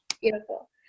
Beautiful